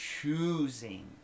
choosing